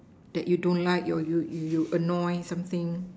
that you don't like your you you you annoy something